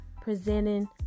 presenting